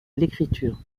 l’écriture